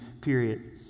period